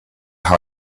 how